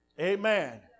amen